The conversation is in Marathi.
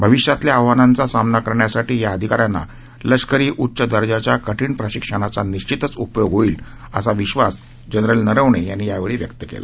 भविष्यातल्या आव्हानांचा समाना करण्यासाठी या अधिकाऱ्यांना लष्करी उच्च दर्जाच्या कठीण प्रशिक्षणाचा निश्चितच उपयोग होईल असा विश्वास जनरल नरवणे यांनी यावेळी व्यक्त केला